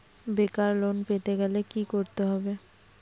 বেকার লোন পেতে গেলে কি করতে হবে?